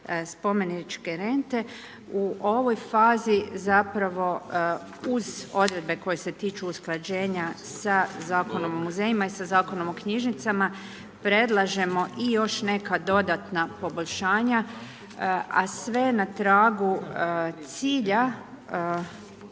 spomeničke rente, u ovoj fazi zapravo uz odredbe koje se tiču usklađenja sa Zakonom o muzejima i Zakonom o knjižnicama, predlažemo i još neka dodatna poboljšanja a sve na tragu cilja